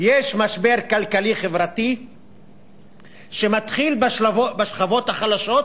יש משבר כלכלי חברתי שמתחיל בשכבות החלשות,